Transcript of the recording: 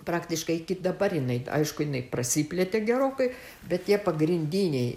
praktiškai iki dabar jinai aišku jinai prasiplėtė gerokai bet tie pagrindiniai